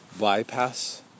bypass